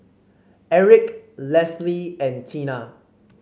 Erick Lesley and Tina